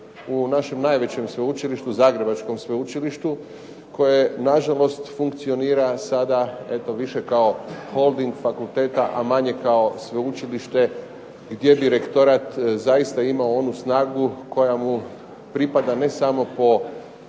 u našem najvećem sveučilištu, Zagrebačkom sveučilištu, koje nažalost funkcionira sada eto više kao holding fakulteta, a manje kao sveučilište gdje bi rektorat zaista imao onu snagu koja mu pripada ne samo po